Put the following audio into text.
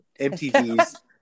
MTV's